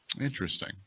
Interesting